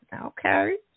Okay